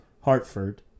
Hartford